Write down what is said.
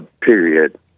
Period